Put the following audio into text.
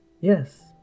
Yes